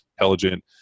intelligent